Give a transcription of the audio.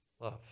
love